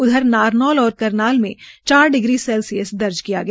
उधर नारनौल और करनाल मे चार डिग्री सेल्सियस दर्ज किया गया